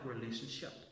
relationship